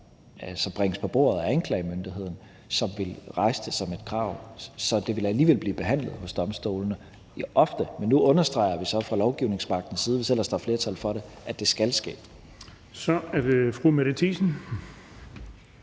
vil bringes på bordet af anklagemyndigheden, som vil rejse det som et krav; så det vil alligevel blive behandlet hos domstolene – ofte. Men nu understreger vi så fra lovgivningsmagtens side, hvis ellers der er flertal for det, at det skal ske. Kl. 15:45 Den fg.